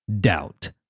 Doubt